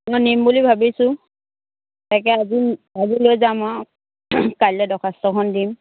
নিম বুলি ভাবিছোঁ তাকে আজি আজি লৈ যাম আৰু কালিলৈ দৰ্খাস্তখন দিম